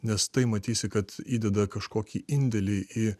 nes tai matysi kad įdeda kažkokį indėlį į